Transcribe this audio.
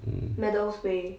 mm